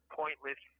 pointless